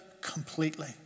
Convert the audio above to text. completely